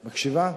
מקשיבה?